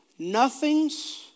nothing's